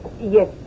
Yes